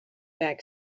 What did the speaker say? back